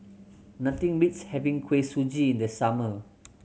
nothing beats having Kuih Suji in the summer